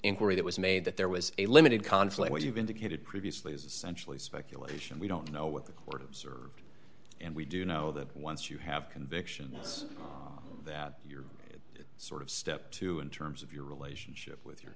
inquiry that was made that there was a limited conflict as you've indicated previously is actually speculation we don't know what the court observed and we do know that once you have convictions that you're sort of step two in terms of your relationship with your